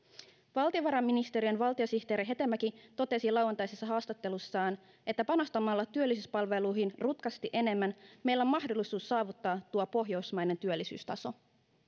valtiovarainministeriön valtiosihteeri hetemäki totesi lauantaisessa haastattelussaan että panostamalla työllisyyspalveluihin rutkasti enemmän meillä on mahdollisuus saavuttaa tuo pohjoismainen työllisyystaso